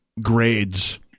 grades